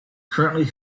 currently